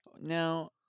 Now